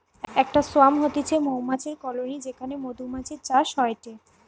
একটা সোয়ার্ম হতিছে মৌমাছির কলোনি যেখানে মধুমাছির চাষ হয়টে